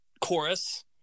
chorus